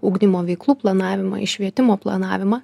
ugdymo veiklų planavimą į švietimo planavimą